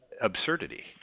absurdity